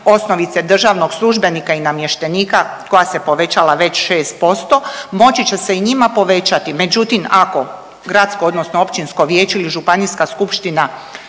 osnovice državnog službenika i namještenika koja se povećala već 6% moći će se i njima povećati. Međutim, ako gradsko odnosno općinsko vijeće ili županijska skupština